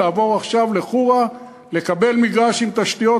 מה קורה לזוג צעיר בדואי שהתחתן?